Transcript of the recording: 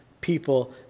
people